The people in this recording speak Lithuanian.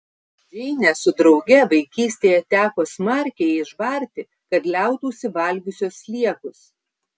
džeinę su drauge vaikystėje teko smarkiai išbarti kad liautųsi valgiusios sliekus